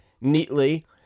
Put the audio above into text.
neatly